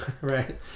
Right